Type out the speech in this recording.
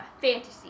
fantasy